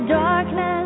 darkness